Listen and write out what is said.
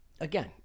Again